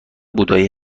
بودایی